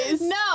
No